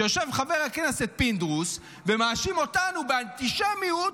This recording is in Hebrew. שיושב חבר הכנסת פינדרוס ומאשים אותנו באנטישמיות,